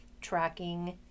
tracking